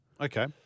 Okay